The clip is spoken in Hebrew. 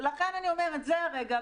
לכן אני אומרת שזה הרגע.